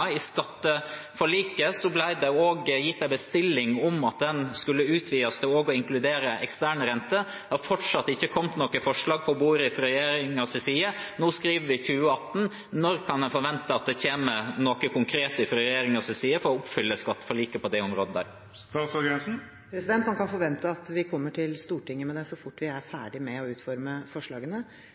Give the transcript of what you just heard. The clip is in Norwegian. skulle utvides til også å inkludere ekstern rente. Det har fortsatt ikke kommet noe forslag på bordet fra regjeringens side. Nå skriver vi 2018 – når kan en forvente at det kommer noe konkret fra regjeringens side for å oppfylle skatteforliket på det området? Man kan forvente at vi kommer til Stortinget med det så fort vi er ferdig med å utforme forslagene.